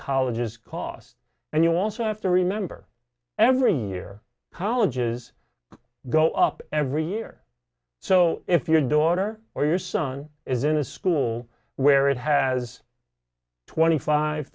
colleges cost and you also have to remember every year colleges go up every year so if your daughter or your son is in a school where it has twenty five